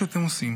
המגינים